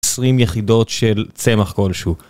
20 יחידות של צמח כלשהו